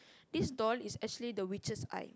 this door is actually the witches' eye